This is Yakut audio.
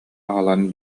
аҕалан